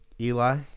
Eli